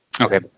Okay